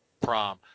prom